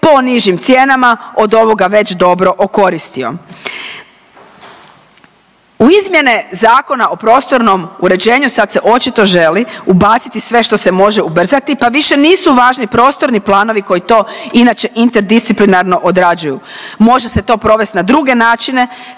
po nižim cijenama od ovoga već dobro okoristio. U izmjene zakona o prostornom uređenju sad se očito želi ubaciti sve što se može ubrzati pa više nisu važni prostorni planovi koji to inače interdisciplinarno odrađuju. Može se to provesti na druge načine,